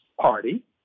party